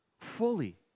fully